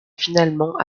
finalement